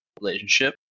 relationship